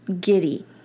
giddy